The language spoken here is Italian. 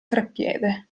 treppiede